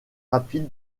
rapide